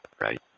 right